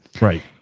Right